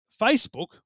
Facebook